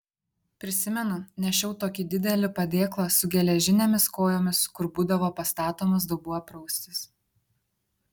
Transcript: prisimenu nešiau tokį didelį padėklą su geležinėmis kojomis kur būdavo pastatomas dubuo praustis